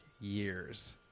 years